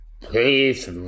please